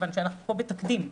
כיוון שאנחנו פה בתקדים.